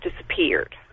disappeared